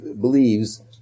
believes